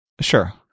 Sure